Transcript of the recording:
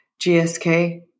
GSK